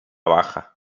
baja